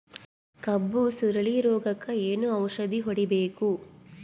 ಕಬ್ಬು ಸುರಳೀರೋಗಕ ಏನು ಔಷಧಿ ಹೋಡಿಬೇಕು?